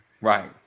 Right